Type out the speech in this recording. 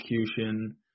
execution